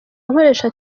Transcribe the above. nkoresha